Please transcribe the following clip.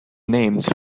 named